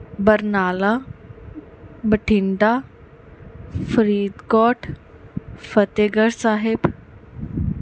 Barnala Bathinda Faridkot Fatehgarh Sahib